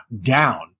down